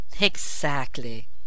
Exactly